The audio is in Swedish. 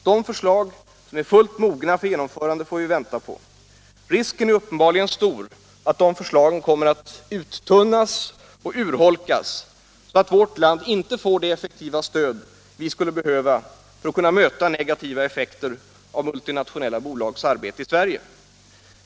De förslag som är fullt mogna för genomförande får vi vänta på. Risken är uppenbarligen stor för att de förslagen kommer att uttunnas och urholkas så att vårt land inte får det effektiva stöd vi skulle behöva för att kunna möta negativa effekter av multinationella bolags arbete i Sverige.